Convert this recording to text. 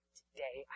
today